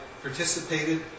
participated